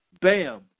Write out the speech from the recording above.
Bam